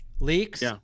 leaks